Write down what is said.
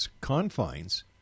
confines